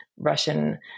Russian